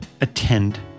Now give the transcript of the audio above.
attend